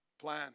plan